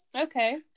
Okay